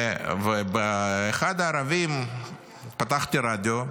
באחד הערבים פתחתי רדיו,